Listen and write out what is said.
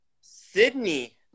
Sydney